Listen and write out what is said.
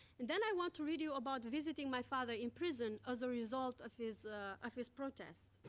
and then, i want to read you about visiting my father in prison as a result of his of his protests.